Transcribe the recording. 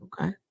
okay